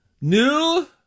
New